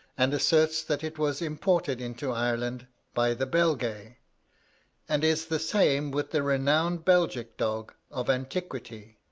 and asserts that it was imported into ireland by the belgae, and is the same with the renowned belgic dog of antiquity,